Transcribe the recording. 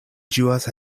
ĝuas